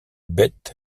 beth